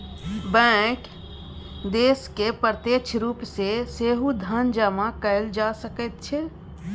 bank दिससँ प्रत्यक्ष रूप सँ सेहो धन जमा कएल जा सकैत छै